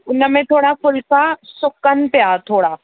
उन में थोरा फुल्का सुकनि पिया थोरा